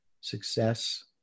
Success